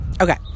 Okay